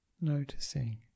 Noticing